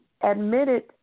admitted